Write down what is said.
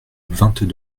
vingt